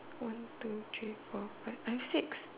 one two three four five I have six